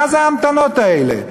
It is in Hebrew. מה זה ההמתנות האלה?